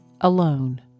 alone